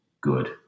good